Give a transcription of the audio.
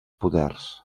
poders